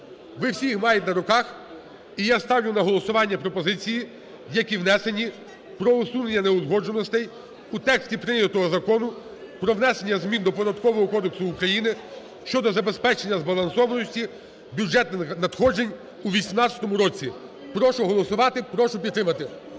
ви всі їх маєте на руках. І я ставлю на голосування пропозиції, які внесені, про усунення неузгодженостей у тексті прийнятого Закону про внесення змін до Податкового кодексу України щодо забезпечення збалансованості бюджетних надходжень у 2018 році. Прошу голосувати, прошу підтримати.